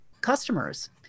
customers